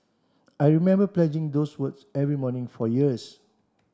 I remember pledging those words every morning for years